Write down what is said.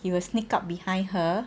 he will sneak up behind her